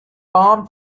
palm